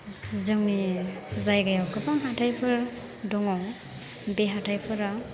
जोंनि जायगायाव गोबां हाथायफोर दङ बे हाथायफोरा